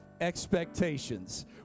expectations